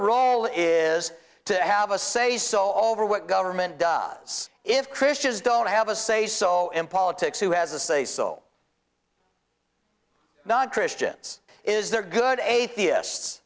role is to have a say so over what government does if christians don't have a say so in politics who has a say so not christians is there good atheist